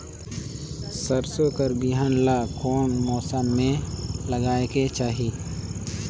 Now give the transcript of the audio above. सरसो कर बिहान ला कोन मौसम मे लगायेक चाही?